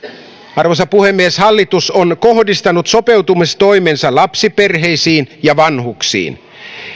arvoisa puhemies hallitus on kohdistanut sopeutustoimensa lapsiperheisiin ja vanhuksiin